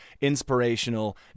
inspirational